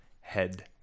Head